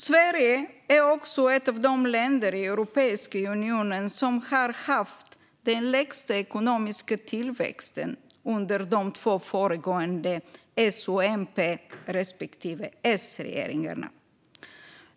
Sverige är också ett av de länder i Europeiska unionen som har haft den lägsta ekonomiska tillväxten under de två föregående S och MP respektive S-regeringarna.